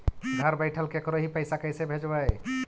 घर बैठल केकरो ही पैसा कैसे भेजबइ?